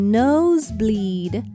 nosebleed